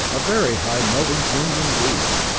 a very high melting point indeed.